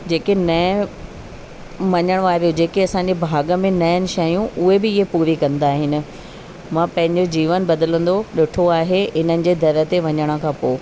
जेके नएं मञण वारे जेके असांजे भाॻ में न आहिनि शयूं उहे बि हीअ पूरी कंदा आहिनि मां पंहिंजो जीवन बदिलंदो ॾिठो आहे इन्हनि जे दर ते वञण खां पोइ